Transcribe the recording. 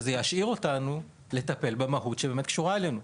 זה ישאיר אותנו לטפל במהות שבאמת קשורה אלינו,